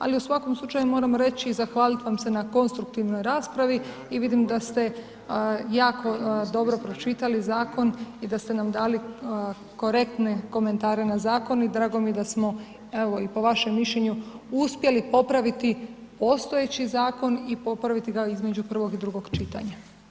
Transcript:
Ali u svakom slučaju, moramo reći i zahvalit vam se na konstruktivnoj raspravi, i vidim da ste jako dobro pročitali Zakon i da ste nam dali korektne komentare na Zakon i drago mi je da smo evo i po vašem mišljenju uspjeli popraviti postojeći Zakon i popraviti ga između prvog i drugog čitanja.